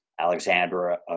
Alexandra